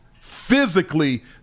physically